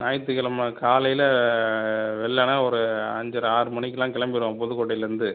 ஞாயிற்று கிழம காலையில் வெள்ளன ஒரு அஞ்சரை ஆறு மணிக்குல்லாம் கிளம்பிடுவோம் புதுக்கோட்டையிலேர்ந்து